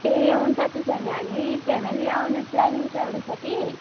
ए हुन्छ त्यसो भने हामी फ्यामिली आउने प्लानिङ चल्दै छ कि